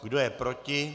Kdo je proti?